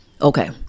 okay